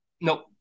Nope